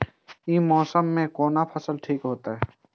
ई मौसम में कोन फसल ठीक होते?